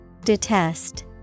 detest